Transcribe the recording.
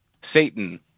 Satan